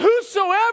whosoever